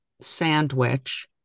sandwich